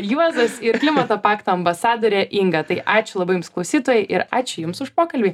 juozas ir klimato pakto ambasadorė inga tai ačiū labai jums klausytojai ir ačiū jums už pokalbį